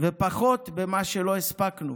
ופחות במה שלא הספקנו.